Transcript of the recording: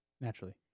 naturally